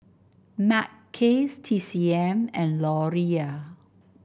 Mackays T C M and Laurier